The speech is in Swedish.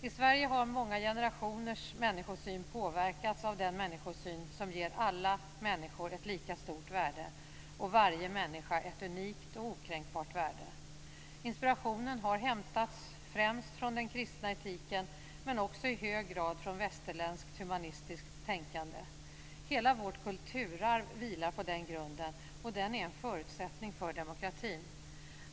I Sverige har många generationers människosyn påverkats av den människosyn som ger alla människor ett lika stort värde och varje människa ett unikt och okränkbart värde. Inspirationen har hämtats främst från den kristna etiken men också i hög grad från västerländskt humanistiskt tänkande. Hela vårt kulturarv vilar på den grunden, och den är en förutsättning för demokratin.